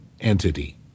entity